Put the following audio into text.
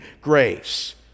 grace